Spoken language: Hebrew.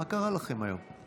מה קרה לכם היום?